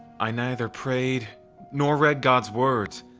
i neither prayed nor read god's words.